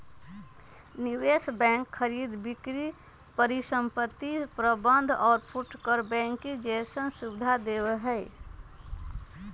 निवेश बैंक खरीद बिक्री परिसंपत्ति प्रबंध और फुटकर बैंकिंग जैसन सुविधा देवा हई